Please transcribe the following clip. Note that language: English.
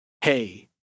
hey